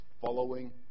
Following